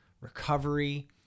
recovery